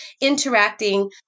interacting